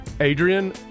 Adrian